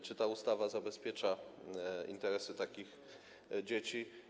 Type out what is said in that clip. Czy ta ustawa zabezpiecza interesy takich dzieci?